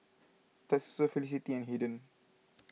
Tatsuo Felicity and Haden